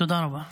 תודה רבה.